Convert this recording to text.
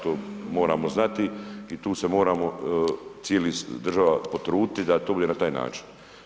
To moramo znati i tu se moramo cijeli, država potruditi da to bude na taj način.